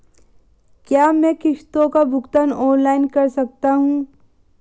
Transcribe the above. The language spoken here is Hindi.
क्या मैं किश्तों का भुगतान ऑनलाइन कर सकता हूँ?